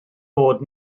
fod